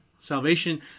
Salvation